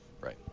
Right